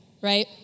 Right